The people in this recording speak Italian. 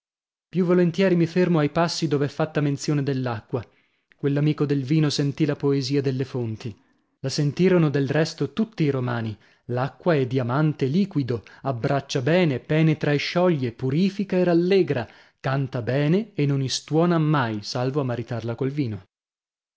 più volentieri mi fermo ai passi dov'è fatta menzione dell'acqua quell'amico del vino sentì la poesia delle fonti la sentirono del resto tutti i romani l'acqua è diamante liquido abbraccia bene penetra e scioglie purifica e rallegra canta bene e non istuona mai salvo a maritarla col vino